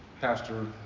pastor